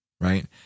right